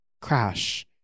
Crash